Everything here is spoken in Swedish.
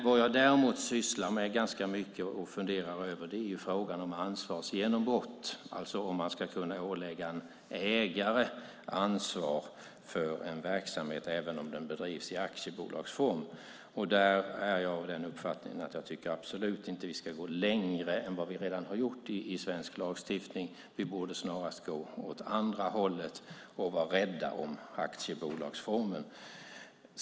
Vad jag däremot funderar ganska mycket över är frågan om ansvarsgenombrott, alltså om man ska kunna ålägga en ägare ansvar för en verksamhet även om den bedrivs i aktiebolagsform. Där är jag av den uppfattningen att jag absolut inte tycker att vi ska gå längre än vi redan har gjort i svensk lagstiftning. Vi borde snarare gå åt det andra hållet och vara rädda om aktiebolagsformen.